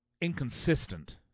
inconsistent